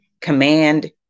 command